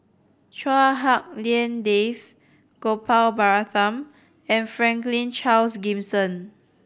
Chua Hak Lien Dave Gopal Baratham and Franklin Charles Gimson